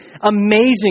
amazing